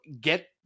get